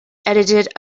edited